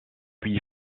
puy